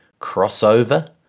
crossover